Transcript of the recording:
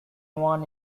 one